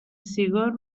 سیگار